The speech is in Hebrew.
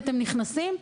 אתם נכנסים?